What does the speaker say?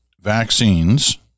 vaccines